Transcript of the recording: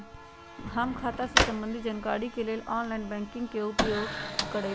हम खता से संबंधित जानकारी के लेल ऑनलाइन बैंकिंग के उपयोग करइले